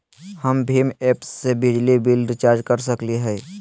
हम भीम ऐप से बिजली बिल रिचार्ज कर सकली हई?